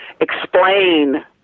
explain